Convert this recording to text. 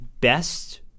best